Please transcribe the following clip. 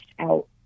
out